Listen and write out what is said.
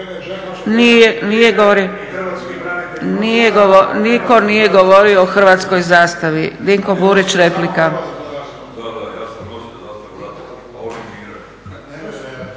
nije govorio o Hrvatskoj zastavi. Dinko Burić, replika.